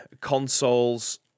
consoles